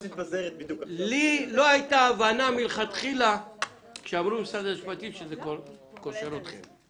כשהוא אמר "משרד המשפטים" לא הייתה לי הבנה שזה קושר אתכם,